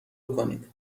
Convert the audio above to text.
کنید